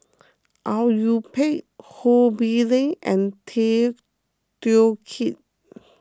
Au Yue Pak Ho Bee Ling and Tay Teow Kiat